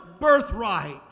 birthright